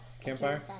campfire